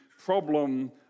problem